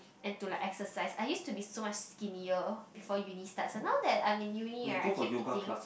and to like exercise I used to be much skinnier before uni starts now that I'm in uni right I keep eating